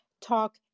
talk